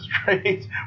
straight